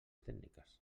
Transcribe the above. tècniques